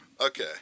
Okay